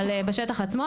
אבל בשטח עצמו.